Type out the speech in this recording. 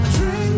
Drink